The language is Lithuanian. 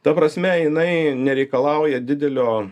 ta prasme jinai nereikalauja didelio